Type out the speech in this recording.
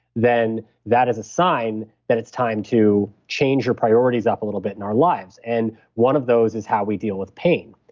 then that is a sign that it's time to change your priorities up a little bit in our lives. lives. and one of those is how we deal with pain,